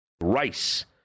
Rice